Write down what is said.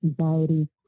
anxiety